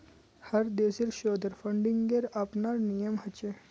हर देशेर शोधेर फंडिंगेर अपनार नियम ह छे